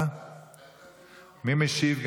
מי עונה על המחסומים, מי משיב?